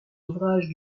ouvrages